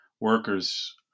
workers